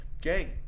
Gang